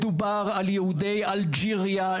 מדובר על יהודי אלג'יריה,